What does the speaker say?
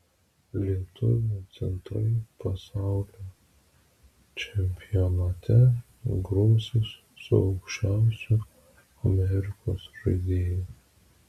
lietuvių centrai pasaulio čempionate grumsis su aukščiausiu amerikos žaidėju